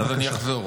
אז אני אחזור.